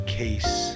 case